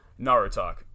Naruto